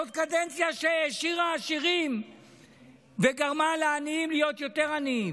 זו קדנציה שהעשירה עשירים וגרמה לעניים להיות יותר עניים,